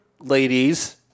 ladies